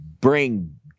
bring